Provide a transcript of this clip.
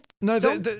No